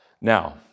Now